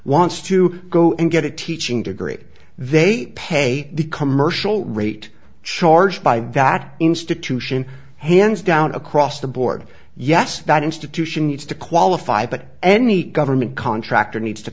wants to go and get a teaching degree they pay the commercial rate charged by that institution hands down across the board yes that institution needs to qualify but any government contractor needs to